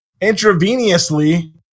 intravenously